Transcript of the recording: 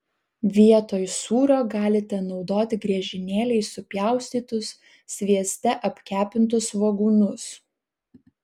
vietoj sūrio galite naudoti griežinėliais supjaustytus svieste apkepintus svogūnus